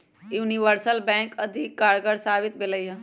universal bank अधिक कारगर साबित भेलइ ह